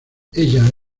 ella